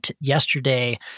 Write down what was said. yesterday